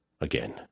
again